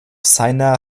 seiner